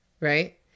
Right